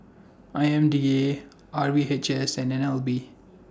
I M D A R V H S and N L B